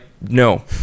no